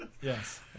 Yes